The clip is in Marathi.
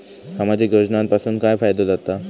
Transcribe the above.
सामाजिक योजनांपासून काय फायदो जाता?